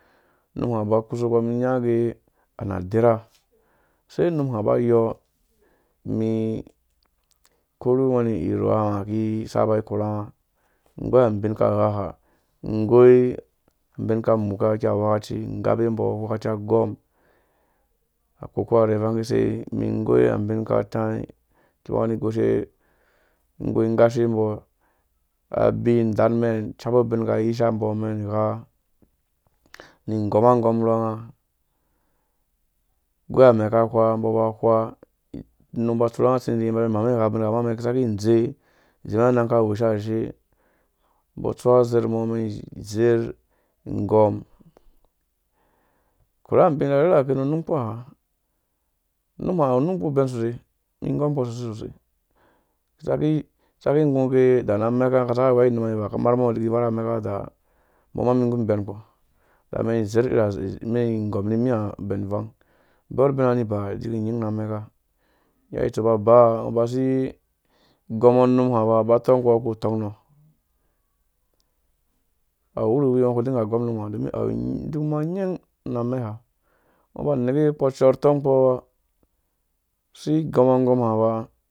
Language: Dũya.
Unum ha uba kusukpɔ unum inya gee, sei num hã uba uyɔɔ umi ikurhu ngwerhi irhuwa maha iki isaba ikirhunga inggoi abin aka aghaha inggoi abin aka muka aki awokaci ing gape umbɔ, awakaci aɣm akoko hare ivang hare ivang iki sei umi inggoi abin aka tãĩ akimbɔ aki goshe inggoi inghashe mbɔ abi udan mɛn ishapu ubingha iyisa mbɔ umɛn igha ni inggɔma gɔm urhɔnga inggoi amɛ̃ aka hwa umbɔ aba hwa unum aba atsuruwa utsĩdi umɛn iba imaamen ighabingha idze i zĩmen anang aka iwusha azhee umbɔ atsu azer umɔ umɛn izer inggɔm akoi abvin arherheke ru unum ukpuha unum hã awu unum uku ubɛn sosai inggom ukpɔ susai susai isaki inggũ ugee uda ra amɛka aka saka wea idiki ivaa, aka mabo nga udiki vaa ra ameko uda mum inggum ibɛn ukpo, idaa mɛn inggɔm ri mi ha ubɛn ivang bɔr ubina akpura ani iba idiki nying na meka nggea itsu aba rungo ubasi igɔmɔ unum hã uba utɔngkpo ba uba utɔngkpɔ uku utɔng unɔ awu uwunuwi ungo uki udinka ugɔm unum hã domin awu unuma nying na amɛ ha ungo uneke ukp ucɔɔr utɔng kpɔ usi igɔmɔ anggɔma ba